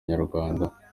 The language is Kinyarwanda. inyarwanda